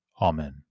Amen